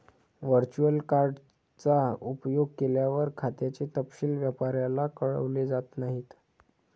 virtual card चा उपयोग केल्यावर, खात्याचे तपशील व्यापाऱ्याला कळवले जात नाहीत